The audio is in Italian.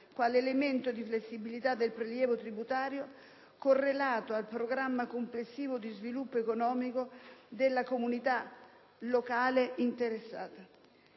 quale elemento di flessibilità del prelievo tributario correlato al programma complessivo di sviluppo economico della comunità locale interessata.